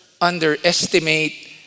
underestimate